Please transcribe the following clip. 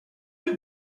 you